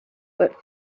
but